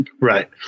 Right